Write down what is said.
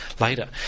later